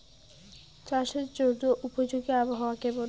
চাষের জন্য উপযোগী আবহাওয়া কেমন?